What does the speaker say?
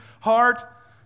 heart